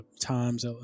Times